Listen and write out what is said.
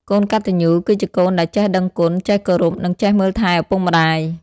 កូនកត្ដញ្ញូ គឺជាកូនដែលចេះដឹងគុណ ចេះគោរព និងចេះមើលថែឪពុកម្តាយ។